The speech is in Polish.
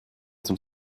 tym